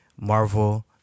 Marvel